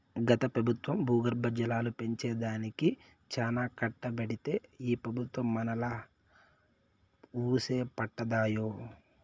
గత పెబుత్వం భూగర్భ జలాలు పెంచే దానికి చానా కట్టబడితే ఈ పెబుత్వం మనాలా వూసే పట్టదాయె